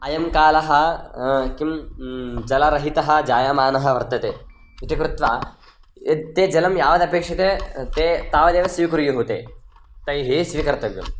अयं कालः किं जलरहितः जायमानः वर्तते इति कृत्वा यत् ते जलं यावदपेक्षते ते तावदेव स्वीकुर्युः ते तैः स्वीकर्तव्यम्